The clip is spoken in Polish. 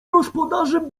gospodarzem